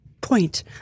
point